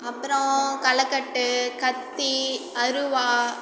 அப்புறம் களைக்கட்டு கத்தி அருவா